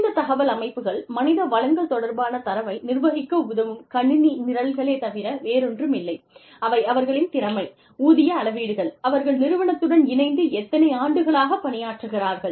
இந்த தகவல் அமைப்புகள் மனித வளங்கள் தொடர்பான தரவை நிர்வகிக்க உதவும் கணினி நிரல்களேத் தவிர வேறொன்றுமில்லை அவை அவர்களின் திறமை ஊதிய அளவீடுகள் அவர்கள் நிறுவனத்துடன் இணைந்து எத்தனை ஆண்டுகளாக பணியாற்றுகிறார்கள்